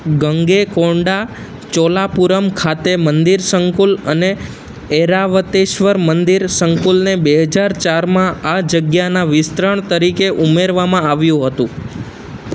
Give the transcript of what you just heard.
ગંગૈકોંડા ચોલાપુરમ ખાતે મંદિર સંકુલ અને ઐરાવતેશ્વર મંદિર સંકુલને બે હજાર ચારમાં આ જગ્યાના વિસ્તરણ તરીકે ઉમેરવામાં આવ્યું હતું